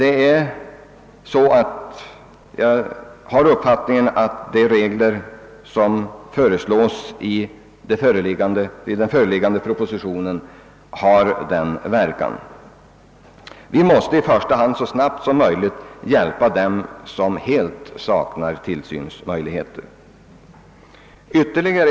Enligt min uppfattning har de regler som föreslås i föreliggande proposition denna verkan. Vi måste i första hand så snabbt som möjligt hjälpa dem som helt saknar tillsynsmöjligheter.